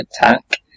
attack